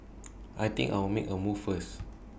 I think I'll make A move first